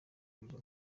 kuja